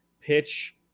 pitch